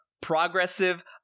progressive